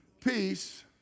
peace